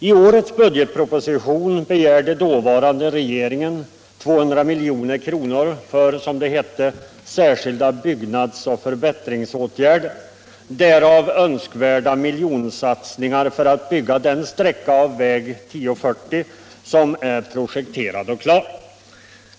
I årets budgetproposition begärde dåvarande regeringen 200 milj.kr. för, som det hette, ”Särskilda byggnadsoch förbättringsåtgärder” — däribland önskvärda miljonsatsningar för att bygga den sträcka av väg 1040 som är projekterad och klar.